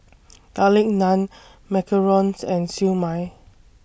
Garlic Naan Macarons and Siew Mai